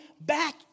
back